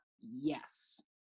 Yes